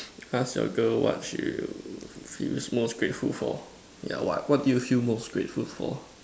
ask your girl what she will feels most grateful for yeah what what do you feel most grateful for